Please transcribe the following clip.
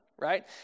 right